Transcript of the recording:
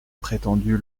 prétendu